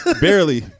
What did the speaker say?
Barely